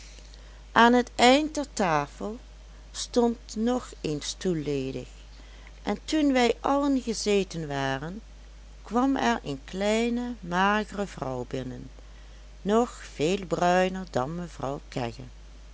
aan het eind der tafel stond nog een stoel ledig en toen wij allen gezeten waren kwam er een kleine magere vrouw binnen nog veel bruiner dan mevrouw